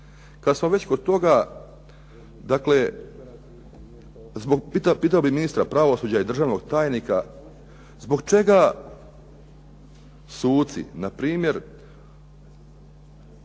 Kad smo već kod toga, dakle pitao bih ministra pravosuđa i državnog tajnika zbog čega suci na primjer